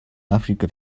африка